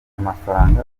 amafaranga